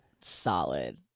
solid